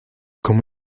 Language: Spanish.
como